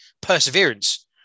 perseverance